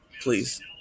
please